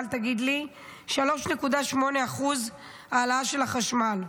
אל תגיד לי, 3.8% העלאה של החשמל.